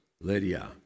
Lydia